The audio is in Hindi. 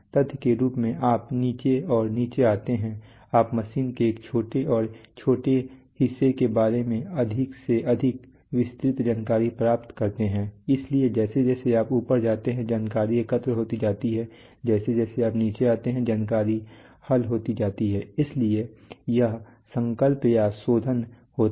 तथ्य के रूप में आप नीचे और नीचे आते हैं आप मशीन के एक छोटे और छोटे हिस्से के बारे में अधिक से अधिक विस्तृत जानकारी प्राप्त करते हैं इसलिए जैसे जैसे आप ऊपर जाते हैं जानकारी एकत्र होती जाती है जैसे जैसे आप नीचे आते हैं जानकारी हल होती जाती है इसलिए यह संकल्प या शोधन होता है